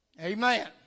Amen